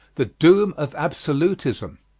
the doom of absolutism.